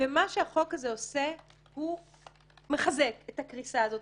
מה שהחוק הזה עושה הוא מחזק את הקריסה הזאת,